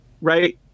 right